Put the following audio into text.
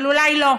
אבל אולי לא.